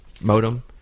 modem